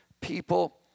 people